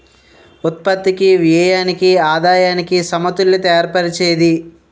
ఉత్పత్తికి వ్యయానికి ఆదాయానికి సమతుల్యత ఏర్పరిచేది